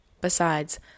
Besides